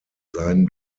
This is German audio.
seien